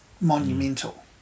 monumental